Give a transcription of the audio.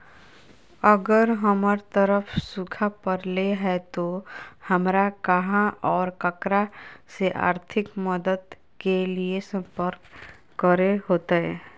अगर हमर तरफ सुखा परले है तो, हमरा कहा और ककरा से आर्थिक मदद के लिए सम्पर्क करे होतय?